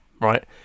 right